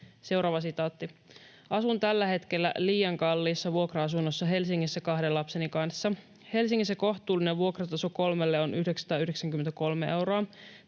olemattomaksi.” ”Asun tällä hetkellä ’liian kalliissa’ vuokra-asunnossa Helsingissä kahden lapseni kanssa. Helsingissä kohtuullinen vuokrataso kolmelle on 993 euroa.